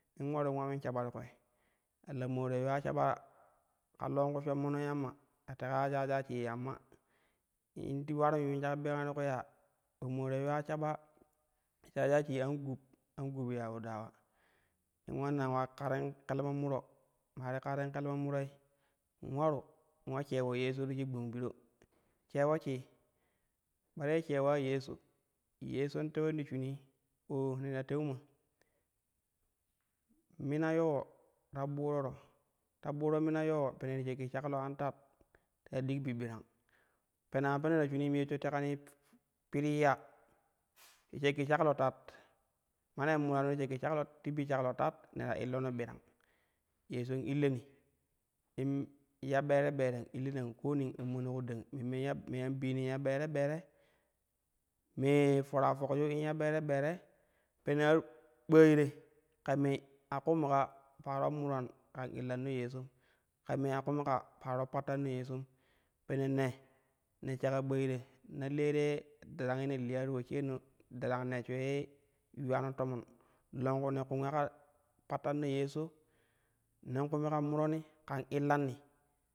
In ularu ula yuun shaɓa ti kwi ya lamo te yuwa shaɓa ka longku shommono yamma, ta teka ya shaja shii yamma in ti waru in yuun shaɓa birang ti kini ya omoote yuwa shaɓa shajna shii nu gub, an gub yauludawa. In ulanna ula karin kelmo muro, ma ti karim kelmo muroi in ularu ula sheewo yeshoti shik gbong biro sheewo shii ɓara ye sheewa yesho, yeshon tewon ti shimii oo neta teuma mina lawo ta ɓuroro ta ɓuuro mima ulawo pene ti shakki shaklo an tat ta dik bi birang pene a peno ta shinim yesho tekanni pirii ya ti shakki shaklo tat mane murano ti shakki ti bi shaklo tat ne ta illono birang yeshon illani in ya ɓere ɓere in illina in kooni in ammani ku dang memmen ya me an bimin ya ɓere ɓere mee fera fokjun ya ɓere ɓere pene ar ɓooi te ka me a kum ka paro muran kau illano yeshom, ka me a kum ka paro pattano yeshon pene na, ne shaka ɓooi te na le te darang ye ne liya ti posjaarino darang neshsho ye yuwano tomon longku ne kunga ka pattanno yesho, nen kumi kan muroni kan illanni.